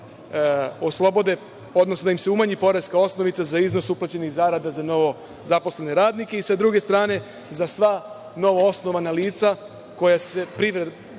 da im se umanji poreska osnovica za iznos uplaćenih zarada za novo zaposlene radnike.I sa druge strane za sva novoosnovana lica, za sva pravna